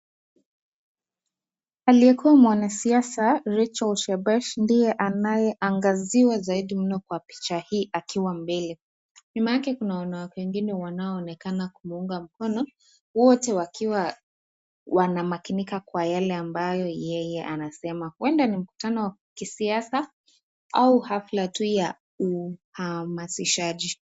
Aliyekuwa mwanasiasa Rachael Shebesh ndiye anayeangaziwa zaidi mno kwa picha hii akiwa mbele . Nyuma yake kuna wanawake wengine wanaoonekana kumuunga mkono wote wakiwa wanamakinikika kwa yale ambayo yeye anasema . Huenda ni mkutani wa kisiasa au hafla tu ya uhamasishaji .